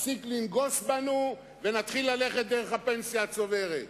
תפסיק לנגוס בנו, ונתחיל ללכת דרך הפנסיה הצוברת.